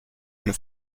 and